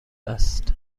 است